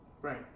Right